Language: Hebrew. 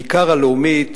בעיקר הלאומית,